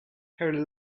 her